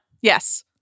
Yes